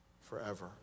forever